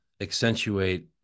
accentuate